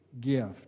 gift